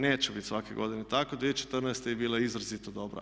Neće biti svake godine takva, 2014. je bila izrazito dobra.